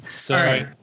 Sorry